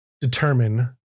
determine